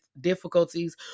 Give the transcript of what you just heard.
difficulties